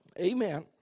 Amen